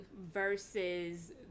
versus